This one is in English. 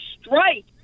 strike